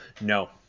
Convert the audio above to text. no